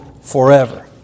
forever